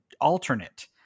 alternate